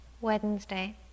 Wednesday